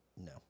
No